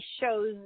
shows